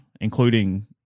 including